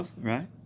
right